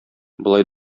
болай